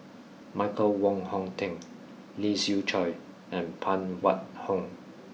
Michael Wong Hong Teng Lee Siew Choh and Phan Wait Hong